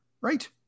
right